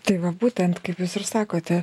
tai va būtent kaip jūs ir sakote